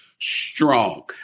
strong